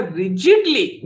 rigidly